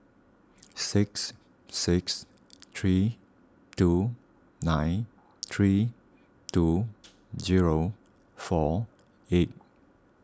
six six three two nine three two zero four eight